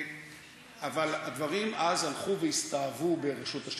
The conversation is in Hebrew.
אבל הדברים אז הלכו והסתאבו ברשות השידור,